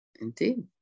Indeed